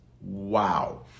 Wow